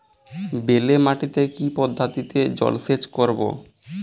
বেলে মাটিতে কি পদ্ধতিতে জলসেচ করব?